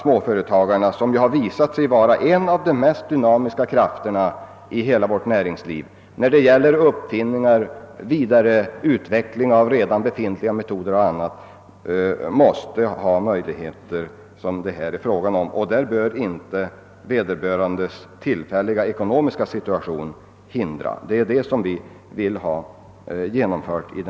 Småföretagarna — som visat sig vara en av de mest dynamiska krafterna i hela näringslivet när det gäller uppfinningar, vidareutveckling av redan befintliga metoder och annat — måste få all den rådgivning som behövs i dagens läge och härvidlag bör inte vederbörandes ekonomiska situation lägga hinder i vägen. Detta är vår målsättning.